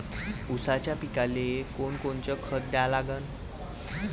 ऊसाच्या पिकाले कोनकोनचं खत द्या लागन?